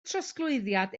trosglwyddiad